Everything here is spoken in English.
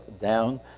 down